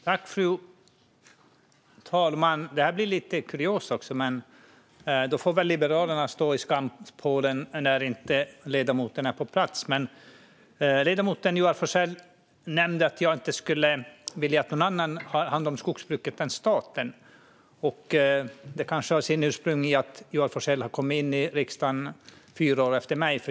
Fru talman! Det här blir lite kuriöst. Liberalerna får väl stå vid skampålen om ledamoten nu inte är på plats. Ledamoten Joar Forssell nämnde att jag inte skulle vilja att någon annan har hand om skogsbruket än staten. Det kanske har sitt ursprung i att ledamoten Forssell har kommit in i riksdagen fyra år efter mig.